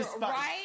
right